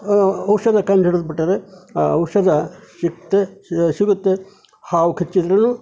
ಔಷಧ ಕಂಡು ಹಿಡ್ದು ಬಿಟ್ಟರೆ ಆ ಔಷಧ ಶಿಫ್ಟ್ ಸಿಗುತ್ತೆ ಹಾವು ಕಚ್ಚಿದ್ರೂ